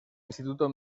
instituto